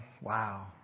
wow